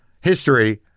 history